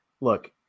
Look